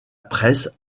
presse